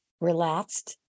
relaxed